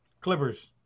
Clippers